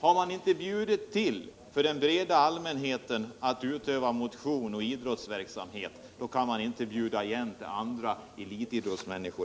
Har man inte bjudit till för att ge den breda allmänheten möjligheter att utöva motion och idrottsverksamhet, då kan man inte heller bjuda igen till andra elitidrottsmänniskor.